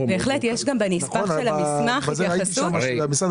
יש גם בנספח של המסמך התייחסות --- ראיתי בדוח שהמשרד